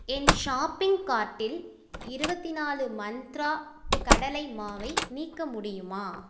என் shopping கார்ட்டில் இருபத்தினாலு மந்த்ரா கடலை மாவை நீக்க முடியுமா